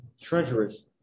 treacherous